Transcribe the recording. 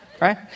Right